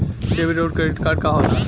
Debit और credit card का होला?